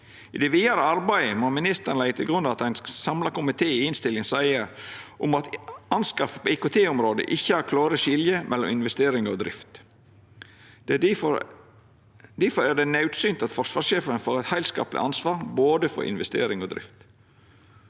I det vidare arbeidet må ministeren leggja til grunn at ein samla komité i innstillinga seier at anskaffingar på IKT-området ikkje har klåre skilje mellom investering og drift. Difor er det naudsynt at forsvarssjefen får eit heilskapleg ansvar for både investering og drift.